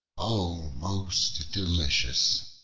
o most delicious!